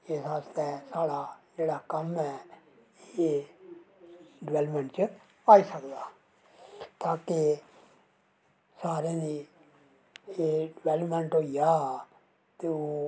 इस आस्तै साढ़ा जेह्ड़ा कम्म ऐ एह् डवैलमैंट च आई सकदा ताकि सारें दी एह् डवैलमैंट होईया ते ओह्